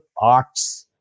arts